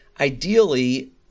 ideally